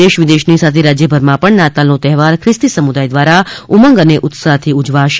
દેશ વિદેશની સાથે રાજયભરમાં પણ નાતાલનો તહેવાર ખ્રિસ્તી સમુદાય દ્વારા ઉમંગ અને ઉત્સાહથી ઉજવાશે